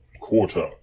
quarter